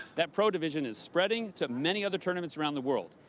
that pro division is spreading to many other tournaments around the world.